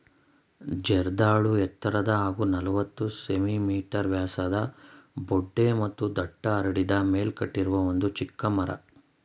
ಜರ್ದಾಳು ಎತ್ತರದ ಹಾಗೂ ನಲವತ್ತು ಸೆ.ಮೀ ವ್ಯಾಸದ ಬೊಡ್ಡೆ ಮತ್ತು ದಟ್ಟ ಹರಡಿದ ಮೇಲ್ಕಟ್ಟಿರುವ ಒಂದು ಚಿಕ್ಕ ಮರ